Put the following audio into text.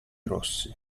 rossi